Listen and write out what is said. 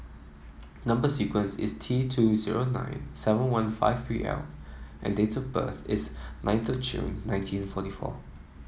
number sequence is T two zero nine seven one five three L and date of birth is nine of June nineteen forty four